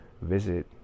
visit